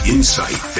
Insight